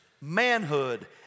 Manhood